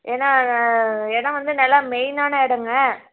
ஏன்னா இடம் வந்து நல்லா மெயின்னான இடம்ங்க